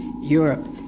Europe